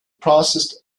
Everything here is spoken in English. processed